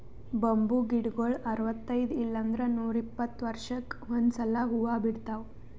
bamboo ಗಿಡಗೊಳ್ ಅರವತೈದ್ ಇಲ್ಲಂದ್ರ ನೂರಿಪ್ಪತ್ತ ವರ್ಷಕ್ಕ್ ಒಂದ್ಸಲಾ ಹೂವಾ ಬಿಡ್ತಾವ್